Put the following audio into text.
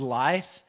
life